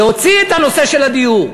להוציא את הנושא של הדיור,